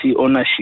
ownership